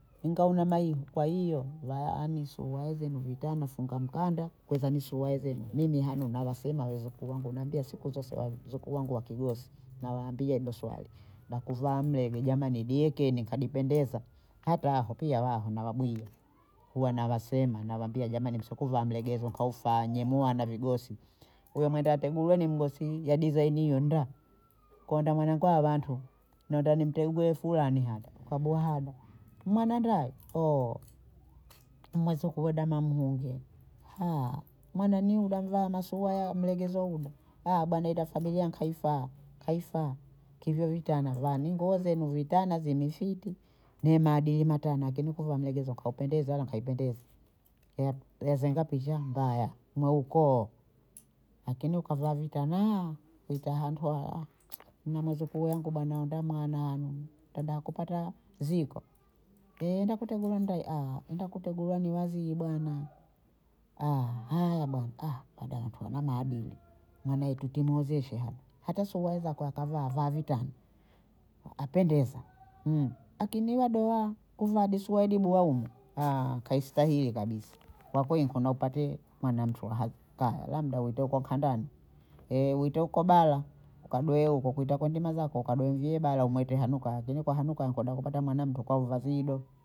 Ingawa una mayigu kwa hiyo vaani suyuayi zenu vitana funga mkanda, kweza ni suyuayi zenu mimi hanu nawasema wezukuu wangu, nawaambia siku zose wezukuu wangu wakigosi nawaambia hido swali la kuvaa mlege jamani diekeni kadipendeza hata aho pia waho nawabwiya, huwa nawasema nawaambia jamani msikuvaa mlegezo kaufa nyie wana vigosi, huyo Mwenda ategulwe ni mgosi ya dizaini hiyo ndaa konda mwanangu abhantu nonda nimtegue Fulani hada, ukaboha hada mwananda ndaye mwezuku weda mwa munge mwana ni hudangaa ana suyuayi ya mlegezo huno bwana heda familia nkaifaa kaifa, kivyo vitana vaani nguo zenu vitana vinifiti neye maadili matana akini ukivaa mlegezo kaupendezi wala kaipendezi ya- yazenga picha mbaya mwaukoo akini ukavaa vitana huita hantuhu haya nina mwezuku yangu bana andaa mwana hanu tada kupata ziko, tenda kutegulwe ndeye nenda kutegulwa ni waziyi bana haya bana badaya ntu ana maadili mwana wetu kimwozesha hano, hata suyuayi zakwe akavaa avaa vitana apendeza akini wadoha kuvaa di suyuayi bwaumba kaistahili kabisa. kwakweli nkona upate mwana mtu wa- haka labda uite huko kandani, uite huko bara, ukadohe huko, kuita kwa ndima zako, kadohe myee bara umyete kwa hanuka lakini kwa hanuka nikweda kupata mwana mtu kwa uvazido